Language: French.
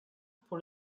pour